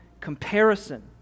comparison